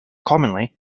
commonly